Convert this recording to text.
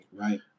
Right